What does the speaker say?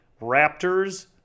Raptors